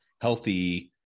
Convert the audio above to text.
healthy